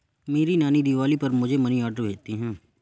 मेरी नानी दिवाली पर मुझे मनी ऑर्डर भेजती है